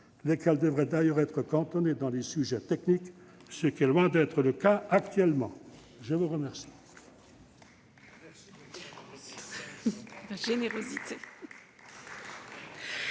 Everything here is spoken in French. lesquelles devraient d'ailleurs être cantonnées à des sujets techniques, ce qui est loin d'être le cas actuellement. La parole